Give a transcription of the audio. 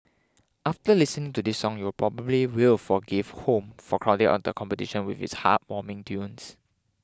after listening to this song you probably will forgive Home for crowding out the competition with its heartwarming tunes